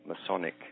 Masonic